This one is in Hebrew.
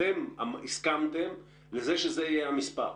אתם הסכמתם שזה יהיה המספר.